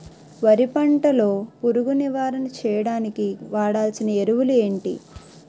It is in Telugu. వరి పంట లో పురుగు నివారణ చేయడానికి వాడాల్సిన ఎరువులు ఏంటి?